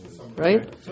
right